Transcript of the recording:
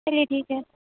چلیے ٹھیک ہے